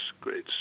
great